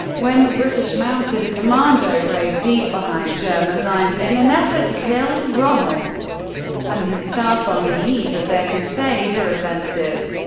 when the british mounted a commando raid deep behind german lines in an effort to kill rommel and his staff on the eve of their crusader offensive,